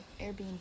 Airbnb